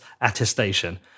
attestation